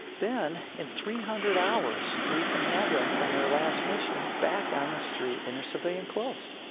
then in three hundred hours, we can have them from their last mission back on the street in their civilian clothes.